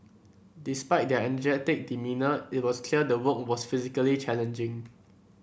despite their energetic demeanour it was clear the work was physically challenging